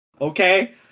okay